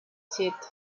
siete